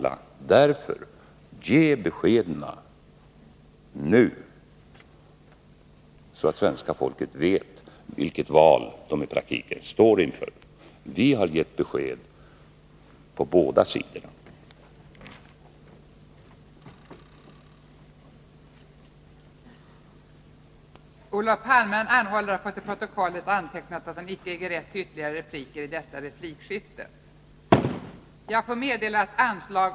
Ge därför beskeden nu, så att svenska folket vet vilket val man i praktiken står inför! Vi har gett besked på båda sidor valdagen.